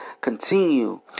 continue